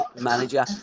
manager